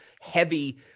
heavy